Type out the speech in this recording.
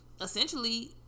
essentially